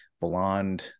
blonde